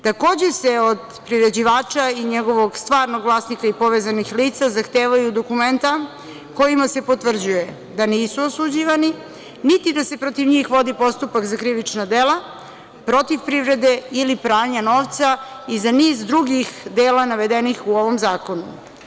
Takođe se od priređivača i njegovog stvarnog vlasnika i povezanih lica zahtevaju dokumenta kojima se potvrđuje da nisu osuđivani, niti da se protiv njih vodi postupak za krivična dela, protiv privrede ili pranja novca i za niz drugih dela navedenih u ovom zakonu.